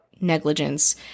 negligence